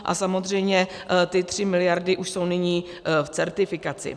A samozřejmě ty 3 mld. už jsou nyní v certifikaci.